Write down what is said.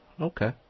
Okay